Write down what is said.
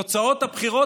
תוצאות הבחירות,